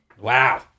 Wow